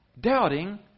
doubting